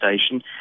station